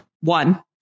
One